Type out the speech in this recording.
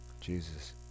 Jesus